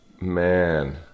man